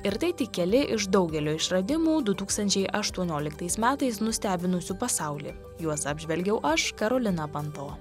ir tai tik keli iš daugelio išradimų du tūkstančiai aštuonioliktais metais nustebinusių pasaulį juos apžvelgiau aš karolina panto